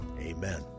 Amen